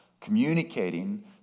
communicating